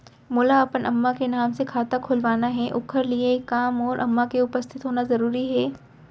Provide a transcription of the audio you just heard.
मोला अपन अम्मा के नाम से खाता खोलवाना हे ओखर लिए का मोर अम्मा के उपस्थित होना जरूरी हे?